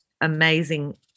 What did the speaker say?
amazing